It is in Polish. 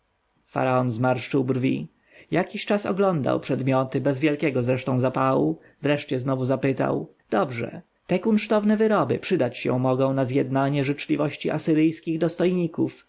zmarszczył brwi jakiś czas oglądał przedmioty bez wielkiego zresztą zapału wreszcie znowu zapytał dobrze te kunsztowne wyroby przydać się mogą na zjednanie życzliwości asyryjskich dostojników ale